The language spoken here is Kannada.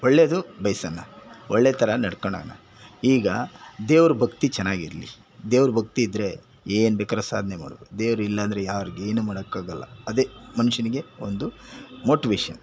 ಒಳ್ಳೇದು ಬಯ್ಸೊಣ ಒಳ್ಳೆ ಥರ ನಡ್ಕಣನ ಈಗ ದೇವ್ರ ಭಕ್ತಿ ಚೆನ್ನಾಗಿರ್ಲಿ ದೇವ್ರ ಭಕ್ತಿ ಇದ್ದರೆ ಏನು ಬೇಕಾರು ಸಾಧ್ನೆ ಮಾಡ್ಬೋದು ದೇವ್ರು ಇಲ್ಲಾಂದರೆ ಯಾರಿಗೇನು ಮಾಡಕ್ಕಾಗಲ್ಲ ಅದೇ ಮನುಷ್ಯನಿಗೆ ಒಂದು ಮೋಟಿವೇಷನ್